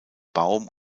baum